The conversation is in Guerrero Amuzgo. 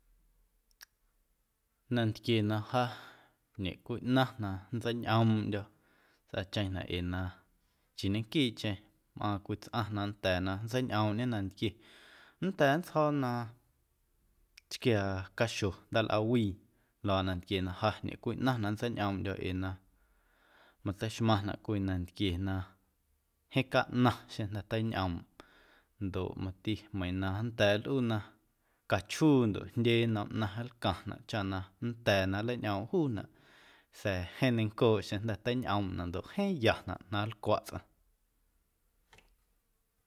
Nantquie na ja ñecwiꞌna na nntseiñꞌoomꞌndyo̱ nntsꞌaacheⁿnaꞌ ee na nchii ñequiiꞌcheⁿ mꞌaaⁿ cwii tsꞌaⁿ na nnda̱a̱ na nntseiñꞌoomꞌñe nantquie nnda̱a̱ nntsjo̱o̱ na chquiaa caxo ndaalꞌawii luaaꞌ nantquie na ja ñecwiꞌna na nntseiñꞌoomꞌndyo̱ ee na matseixmaⁿnaꞌ cwii nantquie jeeⁿ caꞌnaⁿ xeⁿjnda̱ teiñꞌoomꞌ ndoꞌ mati meiiⁿ na nnda̱a̱ nlꞌuu na cachjuu ndoꞌ jndye nnom ꞌnaⁿ nlcaⁿnaꞌ cha na nnda̱a̱ na nleiñꞌoomꞌ juunaꞌ sa̱a̱ jeeⁿ neiⁿncooꞌ xeⁿjnda̱ eiñꞌoomꞌnaꞌ ndoꞌ jeeⁿ yanaꞌ na nlcwaꞌ tsꞌaⁿ.